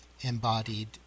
embodied